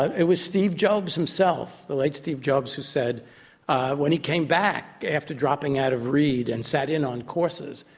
it was steve jobs himself, the late steve jobs, who said when he came back after dropping out of reed and sat in on courses,